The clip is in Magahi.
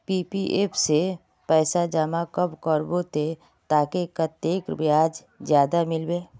पी.पी.एफ में पैसा जमा कब करबो ते ताकि कतेक ब्याज ज्यादा मिलबे?